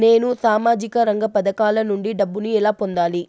నేను సామాజిక రంగ పథకాల నుండి డబ్బుని ఎలా పొందాలి?